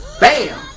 bam